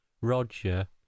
Roger